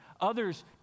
Others